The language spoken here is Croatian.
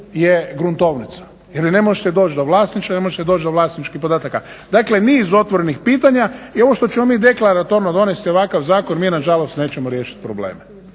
je gruntovnica jer vi ne možete doći do vlasništva, ne možete doći do vlasničkih podataka. Dakle niz otvorenih pitanja. I ovo što ćemo mi deklaratorno donesti ovakav zakon, mi nažalost nećemo riješit probleme,